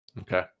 Okay